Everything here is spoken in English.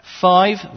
Five